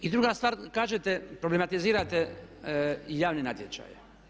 I druga stvar kažete, problematizirate javni natječaj.